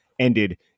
ended